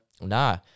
nah